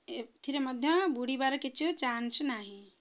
ଏଥିରେ ମଧ୍ୟ ବୁଡ଼ିବାର କିଛି ଚାନ୍ସ୍ ନାହିଁ